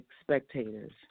spectators